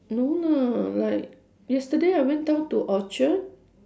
no lah like yesterday I went down to orchard